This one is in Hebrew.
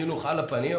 חינוך על הפנים,